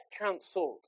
cancelled